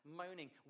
moaning